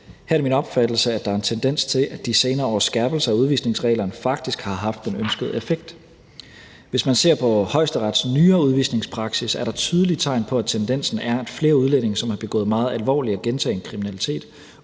er det min opfattelse, at der er en tendens til, at de senere års skærpelser af udvisningsreglerne faktisk har haft den ønskede effekt. Hvis man ser på Højesterets nyere udvisningspraksis, er der tydelige tegn på, at tendensen er, at flere udlændinge, som har begået meget alvorlig og gentagen kriminalitet,